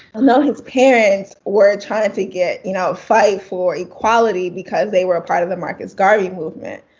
um know his parents were trying to get, you know, fight for equality because they were a part of the marcus garvey movement.